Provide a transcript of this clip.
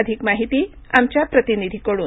अधिक माहिती आमच्या प्रतिनिधीकडून